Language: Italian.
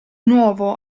nuovo